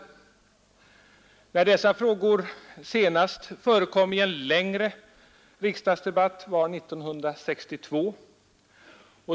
Senast dessa frågor förekom i en längre riksdagsdebatt var 1962.